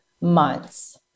months